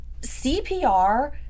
CPR